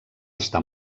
està